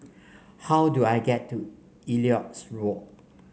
how do I get to Elliot's Walk